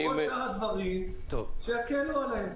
כל שאר הדברים, שיקלו עליהם.